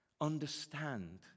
Understand